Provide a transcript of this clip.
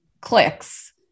clicks